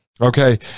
okay